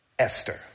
Esther